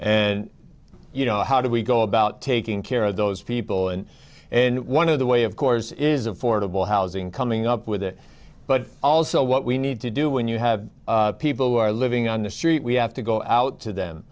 and you know how do we go about taking care of those people and in one of the way of course is affordable housing coming up with it but also what we need to do when you have people who are living on the street we have to go out to them